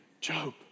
Job